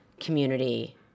Community